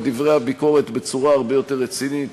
דברי הביקורת בצורה הרבה יותר רצינית.